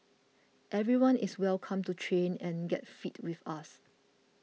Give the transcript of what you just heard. everyone is welcome to train and get fit with us